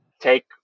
take